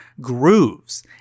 grooves